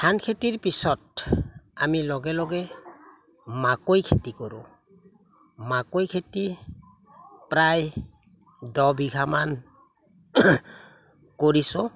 ধান খেতিৰ পিছত আমি লগে লগে মাকৈ খেতি কৰোঁ মাকৈ খেতি প্ৰায় দহ বিঘামান কৰিছোঁ